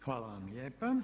Hvala vam lijepa.